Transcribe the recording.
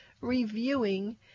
reviewing